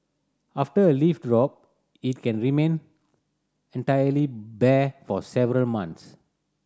after a leaf drop it can remain entirely bare for several months